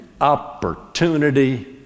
opportunity